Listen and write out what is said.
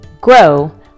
grow